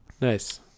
Nice